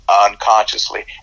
unconsciously